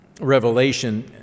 Revelation